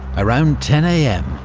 around ten am,